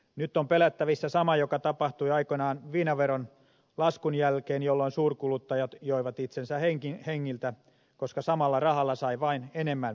nyt on pelättävissä sama mikä tapahtui aikoinaan viinaveron laskun jälkeen jolloin suurkuluttajat joivat itsensä hengiltä koska samalla rahalla sai vain enemmän viinaa